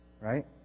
right